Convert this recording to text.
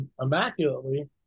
immaculately